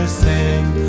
sing